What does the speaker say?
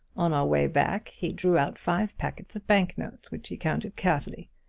on our way back he drew out five packets of banknotes, which he counted carefully.